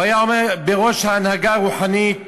הוא היה עומד בראש ההנהגה הרוחנית